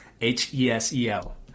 H-E-S-E-L